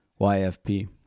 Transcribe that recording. YFP